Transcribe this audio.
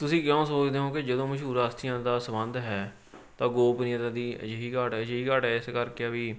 ਤੁਸੀਂ ਕਿਉਂ ਸੋਚਦੇ ਹੋ ਕਿ ਜਦੋਂ ਮਸ਼ਹੂਰ ਹਸਤੀਆਂ ਦਾ ਸਬੰਧ ਹੈ ਤਾਂ ਗੋਪਨੀਤ ਦੀ ਅਜਿਹੀ ਘਾਟ ਅਜਿਹੀ ਘਾਟ ਹੈ ਇਸ ਕਰਕੇ ਹੈ ਵੀ